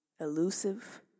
elusive